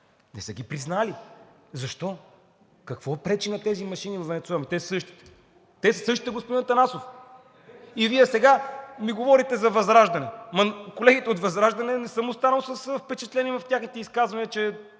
не са ги признали. Защо? Какво пречи на тези машини във Венецуела? Ми те са същите. Те са същите, господин Атанасов. И Вие сега ми говорите за ВЪЗРАЖДАНЕ. Колегите от ВЪЗРАЖДАНЕ не съм останал с впечатление от техните изказвания, че